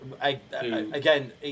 Again